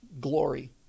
glory